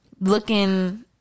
looking